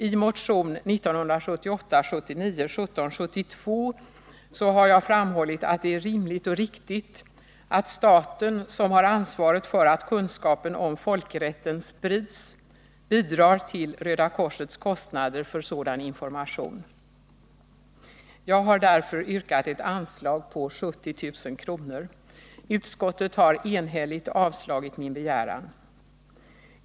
I motionen 1978/79:1772 har jag framhållit att det är rimligt och riktigt att staten, som har ansvaret för att kunskapen om folkrätten sprids, bidrar till Röda korsets kostnader för sådan information. Jag har därför yrkat ett anslag på 70 000 kr. Utskottet har enhälligt avslagit min begäran.